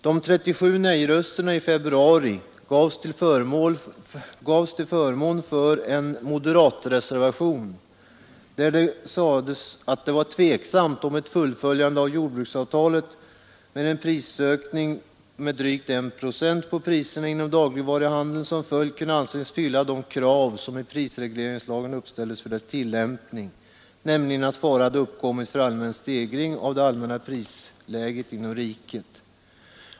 De 37 nejrösterna i februari gavs till förmån för en = Yingslagen moderatreservation, där det sades att det var tveksamt om ett fullföljande av jordbruksavtalet, med en prishöjning med drygt 1 procent på priserna inom dagligvaruhandeln som följd, kunde anses fylla de krav som i prisregleringslagen uppställts för dess tillämpning, nämligen att fara hade uppkommit för en allmän stegring av det allmänna prisläget inom riket.